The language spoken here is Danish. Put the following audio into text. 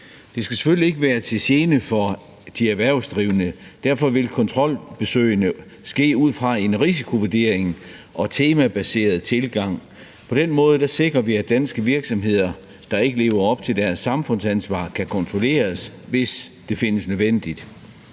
Det skal selvfølgelig ikke være til gene for de erhvervsdrivende. Derfor vil kontrolbesøgene ske ud fra en risikovurdering og temabaseret tilgang. På den måde sikrer vi, at danske virksomheder, der ikke lever op til deres samfundsansvar, kan kontrolleres, hvis det findes nødvendigt.